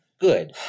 good